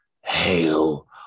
hail